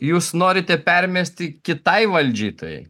jūs norite permesti kitai valdžiai tai